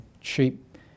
cheap